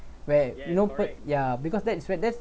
where you know put ya because that's where that's